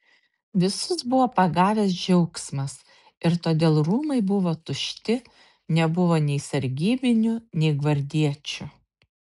visus buvo pagavęs džiaugsmas ir todėl rūmai buvo tušti nebuvo nei sargybinių nei gvardiečių